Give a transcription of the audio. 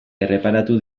erreparatu